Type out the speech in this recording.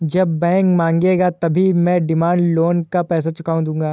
जब बैंक मांगेगा तभी मैं डिमांड लोन का पैसा चुका दूंगा